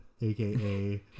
aka